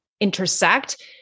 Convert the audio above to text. intersect